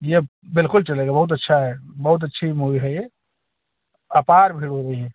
ये बिल्कुल चलेगा बहुत अच्छा है बहुत अच्छी मूवी है ये अपार है मूवी है